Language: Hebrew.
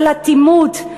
על אטימות.